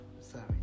sorry